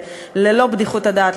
ללא בדיחות הדעת,